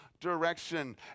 direction